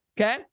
okay